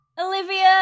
Olivia